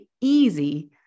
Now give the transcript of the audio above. easy